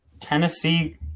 Tennessee